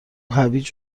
هویج